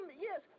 yes